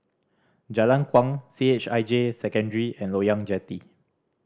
Jalan Kuang C H I J Secondary and Loyang Jetty